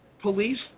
police